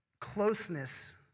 closeness